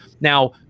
Now